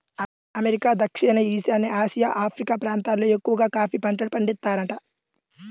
America, దక్షిణ ఈశాన్య Asia, Africa ప్రాంతాలల్లో ఎక్కవగా కాఫీ పంటను పండిత్తారంట